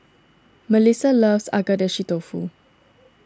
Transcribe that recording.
Mellissa loves Agedashi Dofu